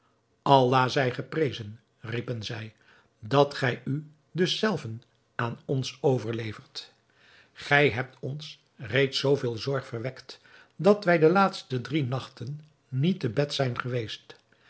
allah zij geprezen riepen zij dat gij u dus zelven aan ons overlevert gij hebt ons reeds zoo veel zorg verwekt dat wij de laatste drie nachten niet te bed zijn geweest